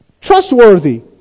trustworthy